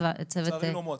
לא מועטים.